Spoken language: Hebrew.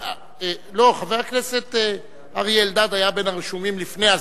חבר הכנסת אלדד היה בין הרשומים לפני הסגירה.